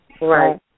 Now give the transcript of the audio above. Right